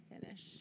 finish